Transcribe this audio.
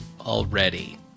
already